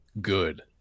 Good